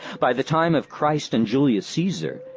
by the time of christ and julius caesar,